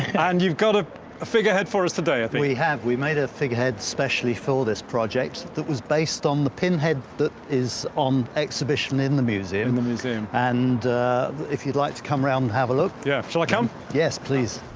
and you've got ah a figurehead for us today, i think? we have. we made a figurehead specially for this project that was based on the pin head that is on exhibition in the museum and the museum and if you'd like to come round and have a look yeah so like wow yeah don't